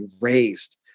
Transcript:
raised